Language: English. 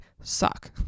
suck